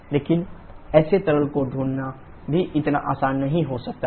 लेकिन ऐसे तरल को ढूंढना भी इतना आसान नहीं हो सकता है